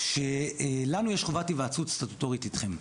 לנו יש חובת היוועצות סטטוטורית איתכם.